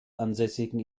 ansässigen